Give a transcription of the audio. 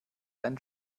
einen